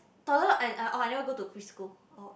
toddler and orh I never go to preschool oh